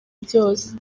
byose